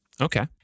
Okay